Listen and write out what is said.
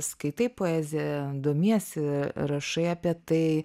skaitai poeziją domiesi rašai apie tai